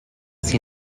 sydd